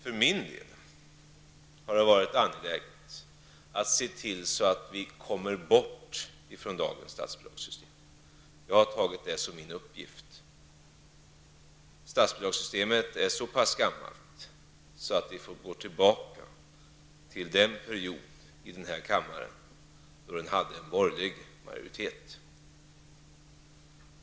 För min del har det varit angeläget att se till att vi kommer bort från dagens statsbidragssystem, och jag har tagit det som min uppgift. Beslutet om det nuvarande statsbidragssystemet fattades då vi hade en borgerlig majoritet i denna kammare. Statsbidragssystemet är alltså ganska gammalt.